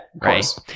right